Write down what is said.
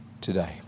today